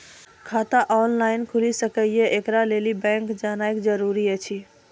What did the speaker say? खाता ऑनलाइन खूलि सकै यै? एकरा लेल बैंक जेनाय जरूरी एछि?